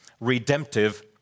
redemptive